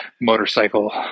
motorcycle